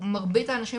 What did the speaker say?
מרבית האנשים,